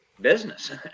business